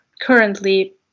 currently